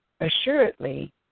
assuredly